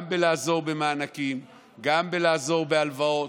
גם בלעזור במענקים, גם בלעזור בהלוואות,